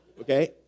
okay